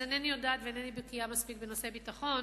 אז אינני יודעת ואינני בקיאה מספיק בנושאי ביטחון,